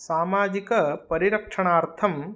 सामाजिकपरिरक्षणार्थम्